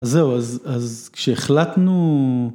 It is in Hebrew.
זהו אז כשהחלטנו.